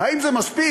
האם זה מספיק?